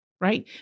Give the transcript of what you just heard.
Right